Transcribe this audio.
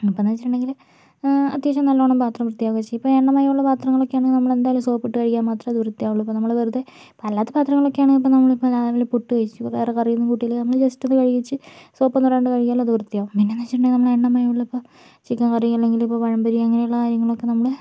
അപ്പോഴെന്ന് വെച്ചിട്ടുണ്ടെങ്കിൽ അത്യാവശ്യം നല്ലോണം പാത്രം വൃത്തിയാകുകയൊക്കെ ചെയ്യും ഇപ്പോൾ എണ്ണമയമുള്ള പാത്രങ്ങളൊക്കെ ആണെങ്കിൽ നമ്മൾ എന്തായാലും സോപ്പിട്ട് കഴുകിയാൽ മാത്രമേ അത് വൃത്തിയാകുകയുള്ളൂ ഇപ്പോൾ നമ്മൾ വെറുതെ അല്ലാത്ത പാത്രങ്ങളൊക്കെയാണെങ്കിൽ ഇപ്പോൾ നമ്മൾ ഇപ്പോൾ രാവിലെ പുട്ട് കഴിച്ചു വേറെ കറിയൊന്നും കൂട്ടിയില്ലെങ്കിൽ നമ്മൾ ജസ്റ്റ് ഒന്ന് കഴുകി വെച്ച് സോപ്പ് ഒന്നും ഇടാണ്ട് കഴുകിയാൽ അത് വൃത്തിയാക്കും പിന്നെയെന്ന് വെച്ചിട്ടുണ്ടങ്കിൽ നമ്മളെണ്ണമയമുള്ളപ്പോൾ ചിക്കൻ കറി അല്ലെങ്കിൽ ഇപ്പോൾ പഴംപൊരി അങ്ങനെയുള്ള കാര്യങ്ങളൊക്കെ നമ്മള്